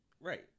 Right